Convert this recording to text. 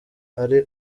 ari